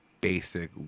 basic